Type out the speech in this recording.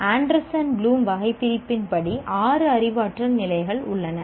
Anderson Bloom வகைபிரிப்பின் படி ஆறு அறிவாற்றல் நிலைகள் உள்ளன